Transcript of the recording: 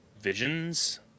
visions